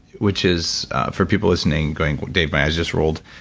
which is for people listening going, dave, my eyes just rolled.